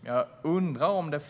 Men jag undrar om det